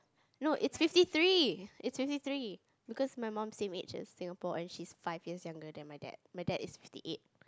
no it's fifty three it's fifty three because my mum same age as Singapore and she's five years younger than my dad my dad is fifty eight